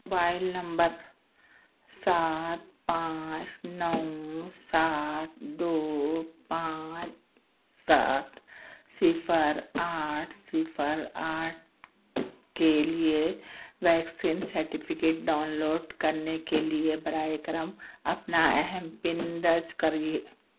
mobile number سات پانچ نو سات دو پانچ سات صِفر آٹھ صِفر آٹھ کے لیے ویکسین سرٹیفکیٹ ڈاؤن لوڈ کرنے کے لیے براہِ کرم اپنا اہم پن درج کرئے